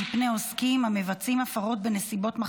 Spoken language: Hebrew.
ברשות יושבת-ראש